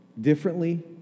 differently